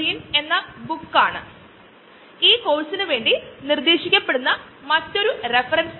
bio എത്തനോളിന്റെ ഉറവിടം ഒന്നുകിൽ കോർണ് അല്ലെൻകിൽ മറ്റു ചെടികളിൽ നിന്നുമുള്ള സ്രോദസ്സു ആണ്